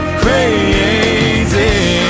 crazy